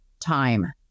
time